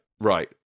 right